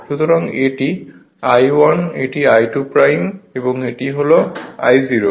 সুতরাং এটি I1 এটি I2 এবং এটি হল I₀